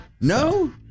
No